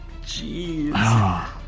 Jeez